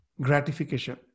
gratification